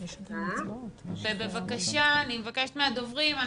תודה רבה על זימון הדיון כי אנחנו